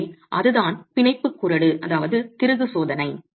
எனவே அதுதான் பிணைப்புக் குறடு திருகு சோதனை